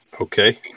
Okay